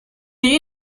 you